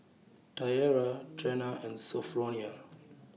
Tiarra Trena and Sophronia